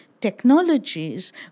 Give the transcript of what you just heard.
technologies